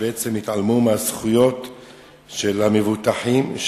שבעצם התעלמו מזכויות המבוטחים.